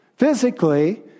Physically